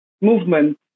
movement